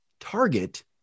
target